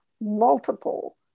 multiple